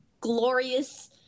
glorious